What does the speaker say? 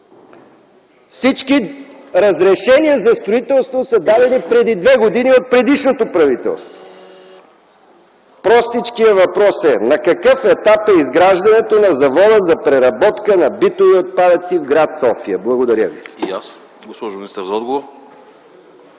всички разрешения за строителства са дадени преди две години от предишното правителство. Простичкият въпрос е: на какъв етап е изграждането на Завода за преработка на битови отпадъци в гр. София? Благодаря ви.